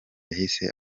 yahise